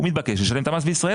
הוא מתבקש לשלם את המס בישראל.